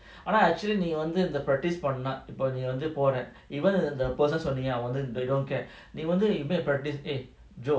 ஆனா:ana actually நீவந்துஇந்த:nee vandhu indha the practice பண்ணஇப்பநீவந்துபோற:panna ippa nee vandhu pora even the person சொன்னியேஅவங்கவந்து:sonnie avanga vandhu they don't care they நீவந்து:nee vandhu practice eh joe